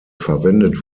verwendet